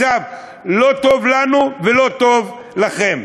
מצב לא טוב לנו ולא טוב לכם,